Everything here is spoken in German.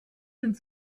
sind